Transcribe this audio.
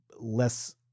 less